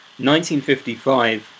1955